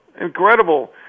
Incredible